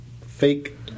fake